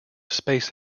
space